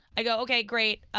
i go okay, great,